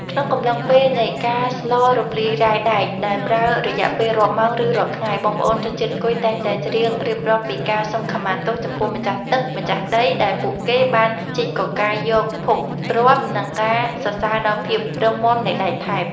ក្នុងកំឡុងពេលនៃការស្លរំលាយរ៉ែដែកដែលប្រើរយៈពេលរាប់ម៉ោង ឬរាប់ថ្ងៃ បងប្អូនជនជាតិគុយតែងតែច្រៀងរៀបរាប់ពីការសុំខមាទោសចំពោះម្ចាស់ទឹកម្ចាស់ដីដែលពួកគេបានជីកកកាយយកភោគទ្រព្យ និងការសរសើរដល់ភាពរឹងមាំនៃដែកថែប។